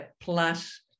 Plus